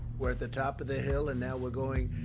we're at the top of the hill, and now we're doing